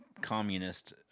communist